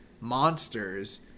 monsters